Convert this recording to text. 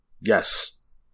Yes